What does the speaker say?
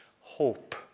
hope